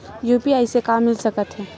UPI से का मिल सकत हे?